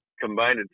combined